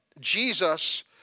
Jesus